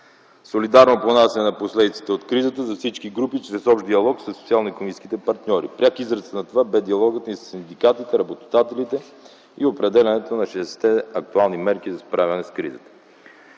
солидарно понасяне на последиците от кризата за всички групи чрез общ диалог със социално-икономическите партньори. Пряк израз на това бе диалогът ни със синдикатите, работодателите и определянето на шестдесетте актуални мерки за справяне с кризата.